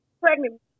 pregnant